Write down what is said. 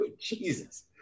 Jesus